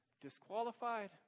disqualified